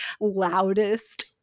loudest